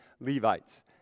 Levites